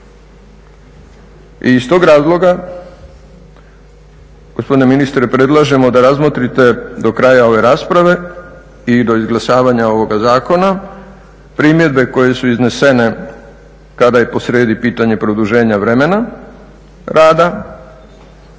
Iz tog razloga, gospodine ministre, predlažemo da razmotrite do kraja ove rasprave i do izglasavanja ovoga zakona primjedbe koje su iznesene kada je posrijedi pitanje produženja vremena rada,